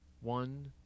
One